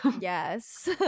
Yes